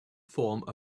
form